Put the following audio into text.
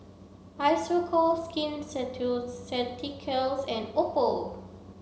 Isocal Skin Ceuticals and Oppo